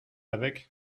avec